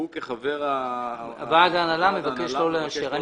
הוא כחבר ועד ההנהלה מבקש לא לאשר?